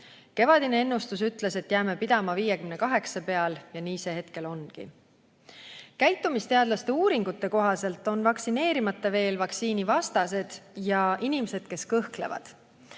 Kevadine ennustus ütles, et me jääme pidama 58% peal, ja nii see hetkel ongi. Käitumisteadlaste uuringute kohaselt on vaktsineerimata veel vaktsiinivastased ja inimesed, kes kõhklevad.